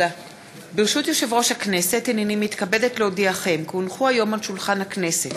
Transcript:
תוכן העניינים מסמכים שהונחו על שולחן הכנסת